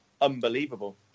unbelievable